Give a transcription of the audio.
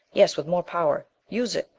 yes. with more power. use it.